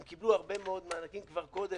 הם קיבלו הרבה מאוד מענקים כבר קודם.